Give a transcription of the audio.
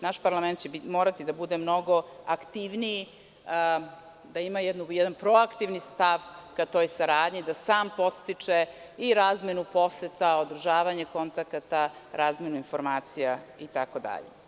Naš parlament će morati da bude mnogo aktivniji, da ima jedan proaktivni stav ka toj saradnji, da sam podstiče i razmenu poseta, održavanja kontakata, razmenu informacija itd.